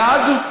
דייג,